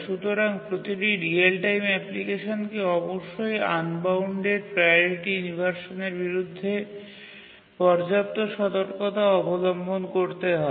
সুতরাং প্রতিটি real time অ্যাপ্লিকেশনকে অবশ্যই আনবাউন্ডেড প্রাওরিটি ইনভারসানের বিরুদ্ধে পর্যাপ্ত সতর্কতা অবলম্বন করতে হবে